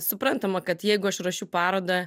suprantama kad jeigu aš ruošiu parodą